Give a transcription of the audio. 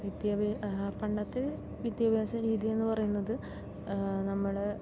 വിദ്യാഭ്യാ പണ്ടത്തെ വിദ്യാഭ്യാസരീതി എന്നു പറയുന്നത് നമ്മൾ